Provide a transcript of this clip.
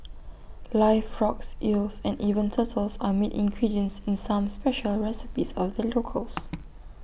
live frogs eels and even turtles are meat ingredients in some special recipes of the locals